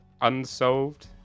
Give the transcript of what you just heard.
unsolved